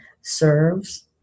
serves